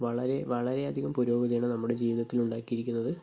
വളരെ വളരെയധികം പുരോഗതിയാണ് നമ്മുടെ ജീവിതത്തിൽ ഉണ്ടാക്കിയിരിക്കുന്നത്